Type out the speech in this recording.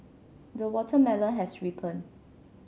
the watermelon has ripened